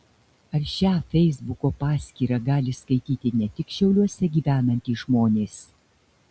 ar šią feisbuko paskyrą gali skaityti ne tik šiauliuose gyvenantys žmonės